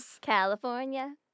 California